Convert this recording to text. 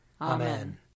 Amen